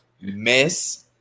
Miss